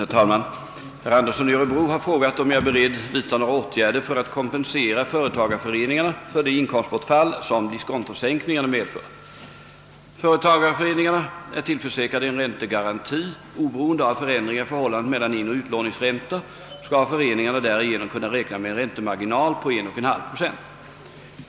Herr talman! Herr Andersson i Örebro har frågat, om jag är beredd vidta några åtgärder för att kompensera företagareföreningarna för det inkomstbortfall som diskontosänkningarna medför. Företagareföreningarna är tillförsäkrade en räntegaranti. Oberoende av förändringar i förhållandet mellan inoch utlåningsränta skall föreningarna därigenom kunna räkna med en räntemarginal på 1,5 procent.